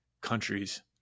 countries